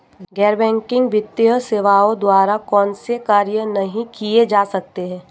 गैर बैंकिंग वित्तीय सेवाओं द्वारा कौनसे कार्य नहीं किए जा सकते हैं?